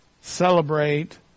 celebrate